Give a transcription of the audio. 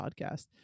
podcast